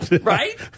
Right